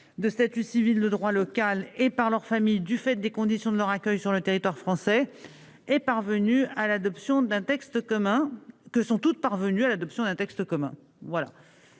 de statut civil de droit local et par leur famille, du fait des conditions de leur accueil sur le territoire français est parvenu à l'adoption d'un texte commun que sont toutes parvenues à l'adoption d'un texte commun, voilà,